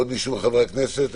עוד הצעות לסדר למישהו מחברי הכנסת?